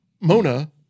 Mona